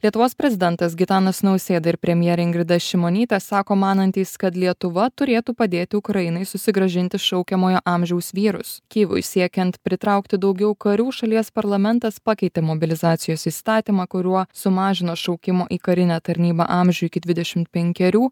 lietuvos prezidentas gitanas nausėda ir premjerė ingrida šimonytė sako manantys kad lietuva turėtų padėti ukrainai susigrąžinti šaukiamojo amžiaus vyrus kijevui siekiant pritraukti daugiau karių šalies parlamentas pakeitė mobilizacijos įstatymą kuriuo sumažino šaukimo į karinę tarnybą amžių iki dvidešimt penkerių